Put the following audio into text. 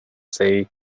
see